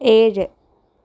ഏഴ്